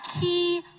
key